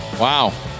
Wow